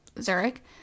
Zurich